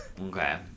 Okay